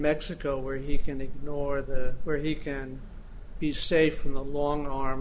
mexico where he can ignore the where he can be safe from the long arm